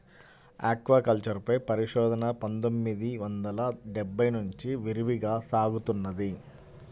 aquaculture పై పరిశోధన పందొమ్మిది వందల డెబ్బై నుంచి విరివిగా సాగుతున్నది